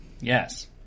Yes